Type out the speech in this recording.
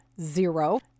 zero